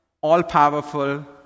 all-powerful